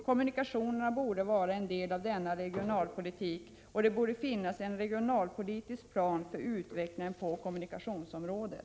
Kommunikationerna borde vara en del av denna regionalpolitik, och det borde finnas en regionalpolitisk plan för utvecklingen på kommunikationsområdet.